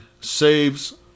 saves